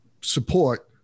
support